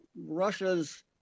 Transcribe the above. Russia's